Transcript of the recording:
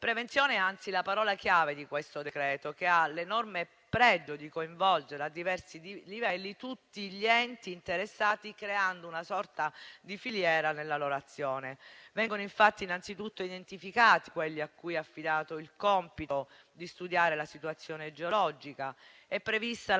Prevenzione è anzi la parola chiave di questo decreto, che ha l'enorme pregio di coinvolgere, a diversi livelli, tutti gli enti interessati, creando una sorta di filiera nella loro azione. Vengono infatti innanzitutto identificati quelli a cui è affidato il compito di studiare la situazione geologica.